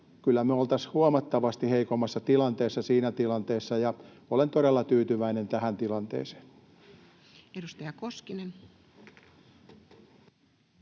Kyllä me oltaisiin huomattavasti heikommassa tilanteessa siinä tilanteessa, ja olen todella tyytyväinen tähän tilanteeseen. [Speech